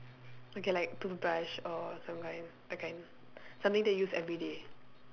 okay like toothbrush or some kind that kind something that you use everyday